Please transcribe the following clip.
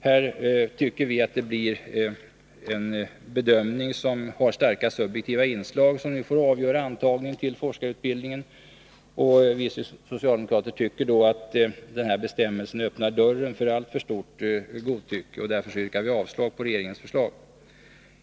Här tycker vi att det blir en bedömning med starka subjektiva inslag som får avgöra antagningen till forskarutbildning. Vi socialdemokrater tycker att denna bestämmelse öppnar dörren för ett alltför stort godtycke. Därför yrkar vi avslag på regeringens förslag.